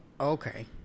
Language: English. Okay